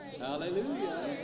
Hallelujah